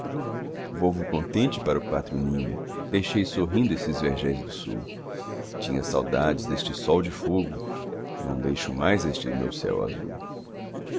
volvo contente para o pátrio ninho deixei sorrindo esses vergéis do sul tinha saudades deste sol de fogo não deixo mais este meu céu azul